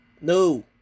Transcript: No